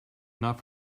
not